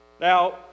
Now